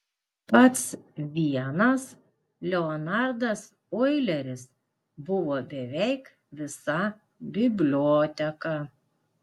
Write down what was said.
pats vienas leonardas oileris buvo beveik visa biblioteka